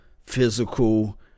physical